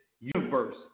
universe